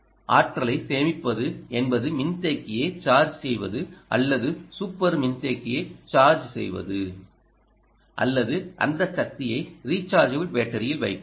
ஆற்றலை சேமிப்பது என்பது மின்தேக்கியை சார்ஜ் செய்வது அல்லது சூப்பர் மின்தேக்கியை சார்ஜ் செய்வது அல்லது அந்த சக்தியை ரிச்சார்ஜபிள் பேட்டரியில் வைக்கலாம்